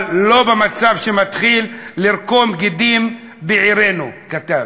אבל לא במצב שמתחיל לרקום גידים בעירנו, כתב.